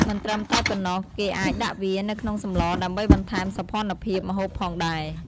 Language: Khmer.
មិនត្រឹមតែប៉ុណ្ណោះគេអាចដាក់វានៅក្នុងសម្លដើម្បីបន្ថែមសោភ័ណភាពម្ហូបផងដែរ។